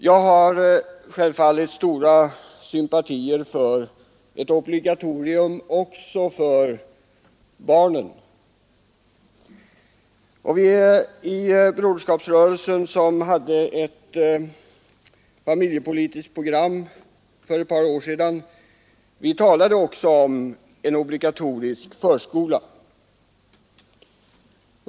Jag har självfallet stora sympatier för ett obligatorium också för barnen. Vi i Broderskapsrörelsen antog för ett par år sedan ett familjepolitiskt program där vi talade om en obligatorisk förskola.